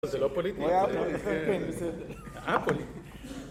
זה לא פוליטי? א פוליטי. א פוליטי.